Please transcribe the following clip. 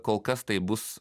kol kas tai bus